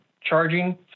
charging